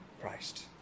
Christ